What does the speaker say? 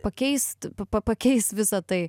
pakeist pa pa pakeis visa tai